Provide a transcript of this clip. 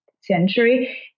century